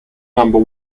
number